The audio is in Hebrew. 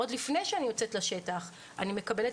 עוד לפני שאני יוצאת לשטח אני מקבלת